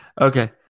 Okay